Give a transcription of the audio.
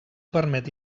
permet